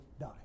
die